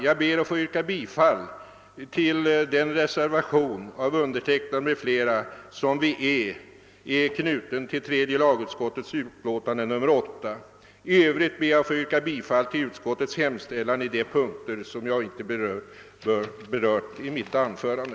Jag ber att få yrka bifall till de två reservationer som jag och några andra reservanter har fogat till tredje lagutskottets utlåtande nr 8. I övrigt yrkar jag bifall till utskottets hemställan i de punkter som jag inte har berört i mitt anförande.